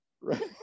right